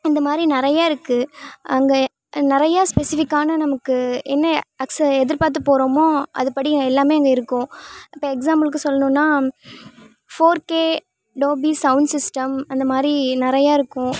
இந்த மாதிரி நிறைய இருக்குது அங்கே நிறையா ஸ்பெசிஃபிக்கான நமக்கு என்ன அக்ஸ எதிர்பார்த்து போகிறோமோ அதுப்படி எல்லாமே அங்கே இருக்கும் இப்போ எக்ஸ்சாம்புளுக்குச் சொல்லணுன்னா ஃபோர் கே டோபீஸ் சவுண்ட் சிஸ்டம் அந்த மாதிரி நிறையா இருக்கும்